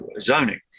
zoning